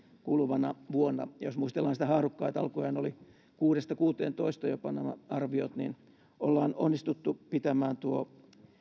kuluvana vuonna ja jos muistellaan sitä haarukkaa että alkujaan olivat kuudesta kuuteentoista jopa nämä arviot niin ollaan onnistuttu pitämään tuo